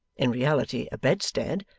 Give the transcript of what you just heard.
in reality a bedstead,